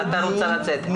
אתה רוצה לצאת.